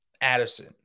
Addison